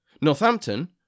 Northampton